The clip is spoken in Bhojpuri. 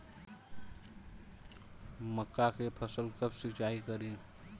मका के फ़सल कब सिंचाई करी?